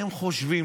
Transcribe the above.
הם חושבים.